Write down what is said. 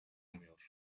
umuyor